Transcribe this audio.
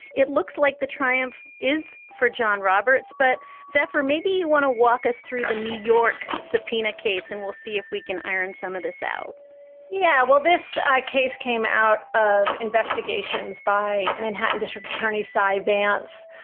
it looks like the triumph is for john roberts. but saffer, maybe you want to walk us through the new york subpena case and we'll see if we can iren some of this out yeah, well, this ah case came out of investigations by a manhattan district attorney, cy vance.